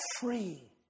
free